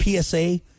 PSA